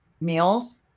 meals